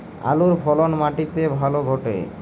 আলুর ফলন মাটি তে ভালো ঘটে?